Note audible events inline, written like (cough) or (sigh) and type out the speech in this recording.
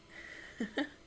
(laughs)